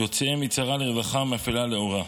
ויוציאם מצרה לרווחה ומאפלה לאורה,